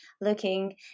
looking